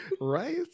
right